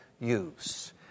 use